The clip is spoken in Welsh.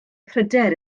pryder